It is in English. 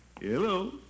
Hello